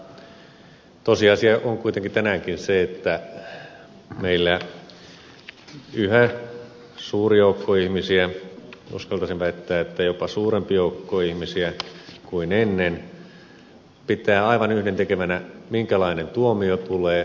mutta tosiasia on kuitenkin tänäänkin se että meillä yhä suuri joukko ihmisiä uskaltaisin väittää että jopa suurempi joukko ihmisiä kuin ennen pitää aivan yhdentekevänä minkälainen tuomio tulee kunhan se lopulta tulee